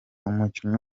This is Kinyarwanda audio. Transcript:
umukinnyi